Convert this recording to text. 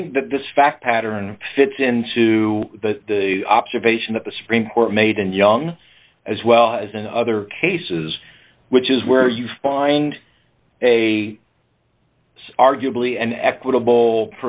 think that this fact pattern fits into the observation that the supreme court made in young as well as in other cases which is where you find a arguably an equitable